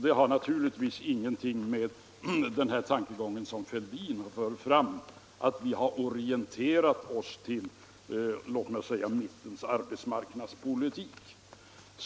Det har naturligtvis ingenting att göra med den tankegång som herr Fälldin för fram, att vi har orienterat oss mot låt oss säga mittens arbetsmarknadspolitik.